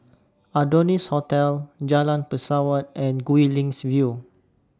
Adonis Hotel Jalan Pesawat and Guilin's View